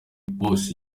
bose